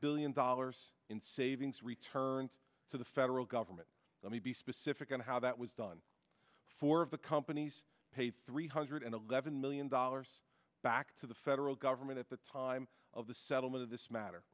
billion dollars in savings returned to the federal government let me be specific and how that was done four of the companies paid three hundred eleven million dollars back to the federal government at the time of the settlement of this matter